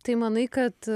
tai manai kad